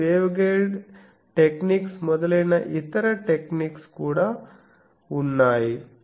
కొన్ని waveguide techniques మొదలైన ఇతర టెక్నిక్స్ కూడా ఉన్నాయి